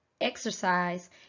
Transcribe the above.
exercise